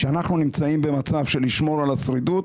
כשאנחנו נמצאים במצב של שמירה על השרידות,